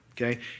okay